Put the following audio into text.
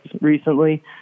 recently